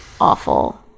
awful